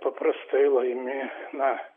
paprastai laimi na